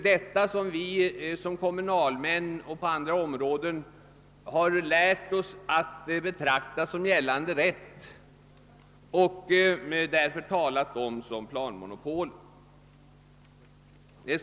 Detta har vi som kommunalmän — och i vårt agerande på andra områden — lärt oss betrakta som gällande rätt och därför betecknat som planmonopolet.